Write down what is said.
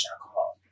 alcohol